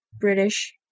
British